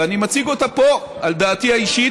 ואני מציג אותה פה על דעתי האישית,